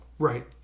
Right